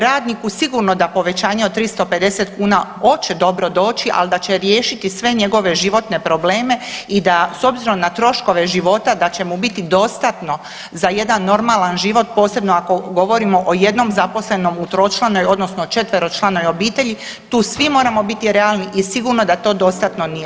Radniku sigurno da povećanje od 350 kuna hoće dobro doći, ali da će riješiti sve njegove životne probleme i da s obzirom na troškove života da će mu biti dostatno za jedan normalan život posebno ako govorimo o jednom zaposlenom u tročlanom odnosno četveročlanoj obitelji tu svi moramo biti realni i sigurno da to dostatno nije.